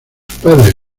padres